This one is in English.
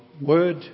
word